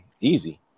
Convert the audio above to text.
Easy